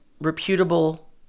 reputable